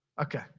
okay